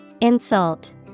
insult